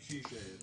מי שיישב,